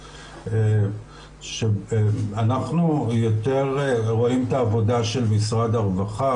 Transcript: אנחנו יותר רואים את העבודה של משרד הרווחה,